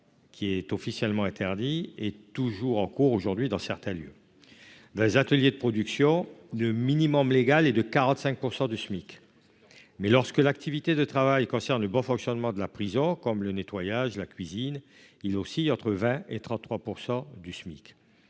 pièce, officiellement interdit, ayant toujours cours dans certains lieux. Dans les ateliers de production, le minimum légal est de 45 % du Smic, mais lorsque l'activité de travail concerne le bon fonctionnement de la prison, comme le nettoyage ou la cuisine, il oscille entre 20 % et 33 % du Smic.